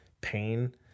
pain